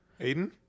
Aiden